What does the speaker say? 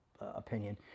opinion